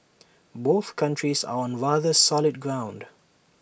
both countries are on rather solid ground